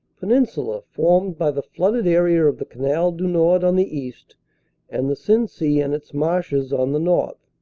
peninsula-formed by the flooded area of the canal du nord on the east and the sensee and its marshes on the north.